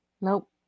Nope